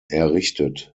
errichtet